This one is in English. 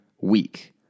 week